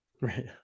Right